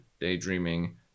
daydreaming